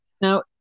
Now